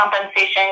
compensation